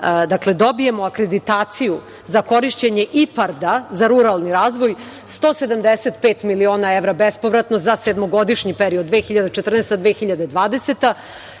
da dobijemo akreditaciju za korišćenje IPARD-a za ruralni razvoj, 175 miliona evra bespovratno za sedmogodišnji period 2014-2020.